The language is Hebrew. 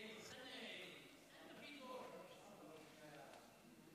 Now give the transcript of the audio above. אדוני היושב-ראש, כנסת נכבדה, זה